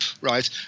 right